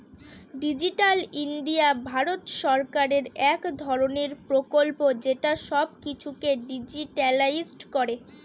digital India ভারত সরকারের এক ধরনের প্রকল্প যেটা সব কিছুকে ডিজিট্যালাইসড করে